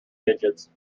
digits